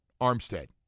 Armstead